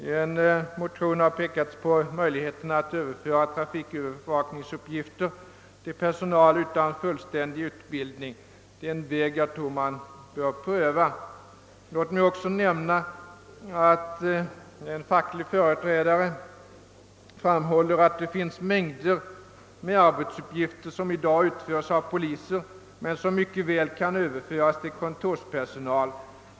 I en motion har pekats på möjligheten att överföra trafikövervakningsuppgifter till personal utan fullständig polisutbildning. Det är en väg jag tror man bör pröva. Låt mig också nämna att en av polisens fackliga företrädare i en tidningsintervju sagt: »Det finns mängder med arbetsuppgifter som i dag utförs av poliser men som mycket väl kan överföras till kontorspersonal.